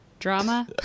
drama